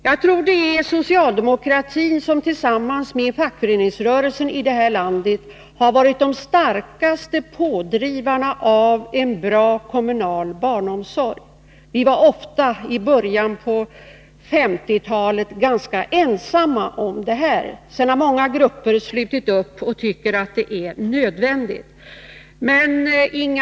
Jag tror att det är socialdemokratin som tillsammans med fackföreningsrörelsen i detta land har varit den starkaste pådrivaren när det gäller en bra kommunal barnomsorg. Vi var ofta, i början av 1950-talet, ganska ensamma. Sedan har många grupper slutit upp och tyckt att det är nödvändigt med en bra kommunal barnomsorg.